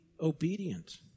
obedient